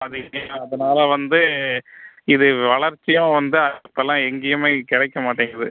அது அதுனாலே வந்து இது வளர்ச்சியும் வந்து இப்போலாம் எங்கேயுமே கிடைக்க மாட்டேங்கிது